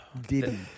Diddy